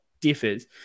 differs